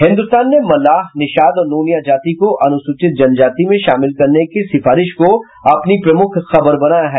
हिन्दुस्तान ने मल्लाह निषाद और नोनिया जाति को अनुसूचित जनजाति में शामिल करने की सिफारिश को अपनी प्रमुख खबर बनाया है